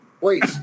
Wait